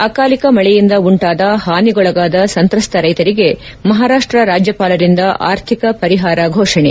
ಅಕಾಲಿಕ ಮಳೆಯಿಂದ ಉಂಟಾದ ಹಾನಿಗೊಳಗಾದ ಸಂತ್ರಸ್ತ ರೈತರಿಗೆ ಮಹಾರಾಷ್ಟ ರಾಜ್ಯಪಾಲರಿಂದ ಅರ್ಥಿಕ ಪರಿಹಾರ ಫೋಷಣೆ